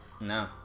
No